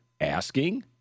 asking